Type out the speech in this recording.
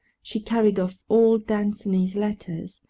she carried off all danceny's letters.